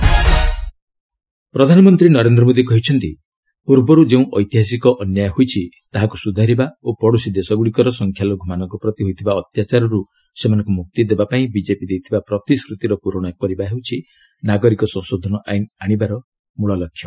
PM NCC ପ୍ରଧାନମନ୍ତ୍ରୀ ନରେନ୍ଦ୍ର ମୋଦୀ କହିଛନ୍ତି ପୂର୍ବରୁ ଯେଉଁ ଐତିହାସିକ ଅନ୍ୟାୟ ହୋଇଛି ତାହାକୁ ସୁଧାରିବା ଓ ପଡ଼ୋଶୀ ଦେଶଗୁଡ଼ିକର ସଂଖ୍ୟାଲଘୁମାନଙ୍କ ପ୍ରତି ହୋଇଥିବା ଅତ୍ୟାଚାରରୁ ସେମାନଙ୍କୁ ମୁକ୍ତି ଦେବା ପାଇଁ ବିଜେପି ଦେଇଥିବା ପ୍ରତିଶ୍ରତିର ପୂରଣ କରିବା ହେଉଛି ନାଗରିକ ସଂଶୋଧନ ଆଇନ୍ ଆଣିବାର ମୁଖ୍ୟ ଲକ୍ଷ୍ୟ